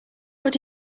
what